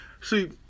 see